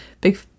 big